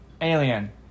Alien